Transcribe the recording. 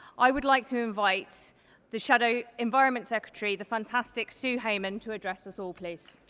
i would like to invite the shadow environment secretary, the fantastic sue hayman to address us all, please.